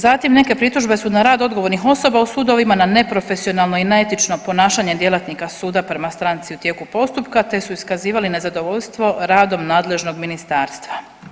Zatim, neke pritužbe su na rad odgovornih osoba u sudovima na neprofesionalno i neetično ponašanje djelatnika suda prema stranci u tijeku postupka, te su iskazivali nezadovoljstvo radom nadležnog ministarstva.